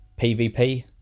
PvP